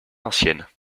anciennes